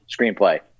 screenplay